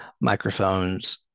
microphones